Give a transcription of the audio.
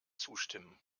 zustimmen